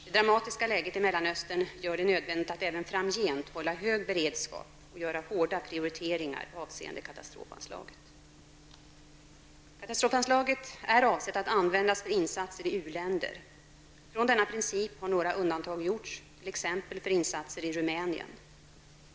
Det dramatiska läget i Mellanöstern gör det nödvändigt att även framgent hålla hög beredskap och göra hårda prioriteringar avseende katastrofanslaget. Katastrofanslaget är avsett att användas för insatser i u-länder. Från denna princip har några undantag gjorts, t.ex. för insatser i Rumänien.